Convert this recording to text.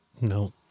No